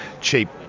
cheap